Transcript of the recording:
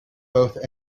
both